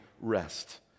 rest